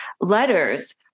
letters